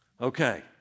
Okay